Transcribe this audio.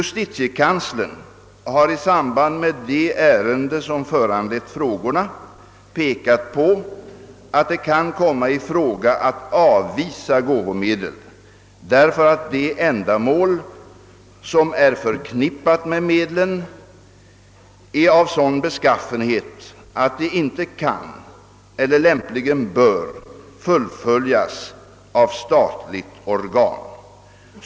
Justitiekanslern har i samband med det ärende som föranlett frågorna pekat på att det kan komma i fråga att avvisa gåvomedel därför att det ändamål som är förknippat med medlen är av sådan beskaffenhet, att det inte kan eller lämpligen bör fullföljas av statligt organ.